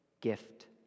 gift